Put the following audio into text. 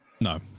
no